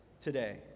today